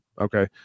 okay